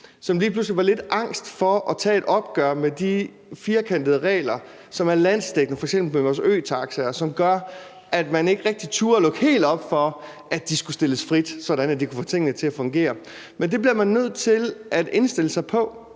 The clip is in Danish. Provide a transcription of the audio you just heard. som lige pludselig var lidt angst for at tage et opgør med de firkantede regler, som er landsdækkende, f.eks. i forhold til vores øtaxaer. Man turde ikke rigtig at lukke helt op for, at de skulle stilles frit, så de kunne få tingene til at fungere. Man bliver nødt til at indstille sig på,